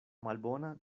malbona